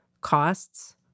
costs